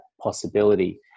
possibility